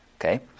Okay